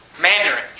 Mandarin